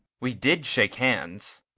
we did shake hands.